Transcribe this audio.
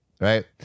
Right